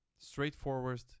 straightforward